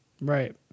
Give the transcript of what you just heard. Right